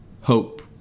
hope